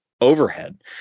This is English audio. Overhead